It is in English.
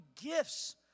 gifts